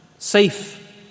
Safe